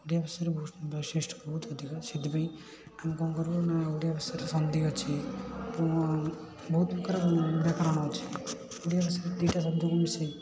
ଓଡ଼ିଆ ଭାଷାର ବୈ ବୈଶିଷ୍ଟ୍ୟ ବହୁତ ଅଧିକା ସେଇଥିପାଇଁ ଆମେ କ'ଣ କରୁ ନା ଓଡ଼ିଆ ଭାଷାରେ ସନ୍ଧି ଅଛି ପୁ ବହୁତ ପ୍ରକାର ବ୍ୟାକରଣ ଅଛି ଓଡ଼ିଆ ଭାଷାରେ ଦୁଇଟା ଶବ୍ଦକୁ ମିଶେଇ